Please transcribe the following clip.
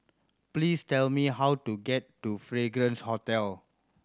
please tell me how to get to Fragrance Hotel